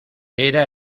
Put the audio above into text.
era